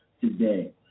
today